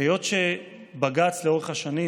היות שבג"ץ לאורך השנים